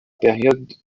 période